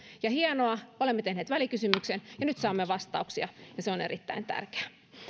hienoa olemme tehneet välikysymyksen ja nyt saamme vastauksia ja se on erittäin tärkeää